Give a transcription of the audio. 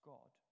God